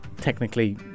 technically